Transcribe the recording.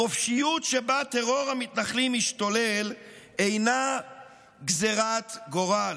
החופשיות שבה טרור המתנחלים משתולל אינה גזרת גורל.